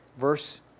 verse